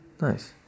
Nice